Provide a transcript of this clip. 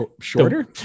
Shorter